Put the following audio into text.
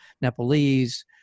Nepalese